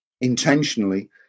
intentionally